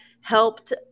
helped